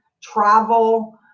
travel